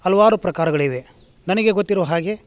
ಹಲ್ವಾರು ಪ್ರಕಾರಗಳಿವೆ ನನಗೆ ಗೊತ್ತಿರುವ ಹಾಗೆ